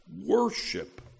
worship